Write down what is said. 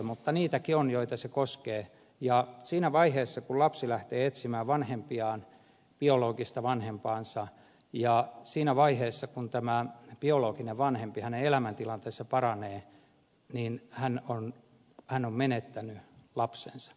mutta niitäkin on joita se koskee ja siinä vaiheessa kun lapsi lähtee etsimään biologista vanhempaansa ja siinä vaiheessa kun tämän biologisen vanhemman elämäntilanne paranee hän on menettänyt lapsensa